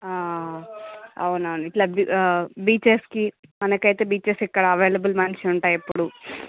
అవునవును ఇట్లా బీచెస్కి మనకైతే బీచెస్ ఇక్కడ అవెలబుల్ మన్స్ ఉంటాయి ఎప్పుడు